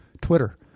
Twitter